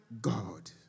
God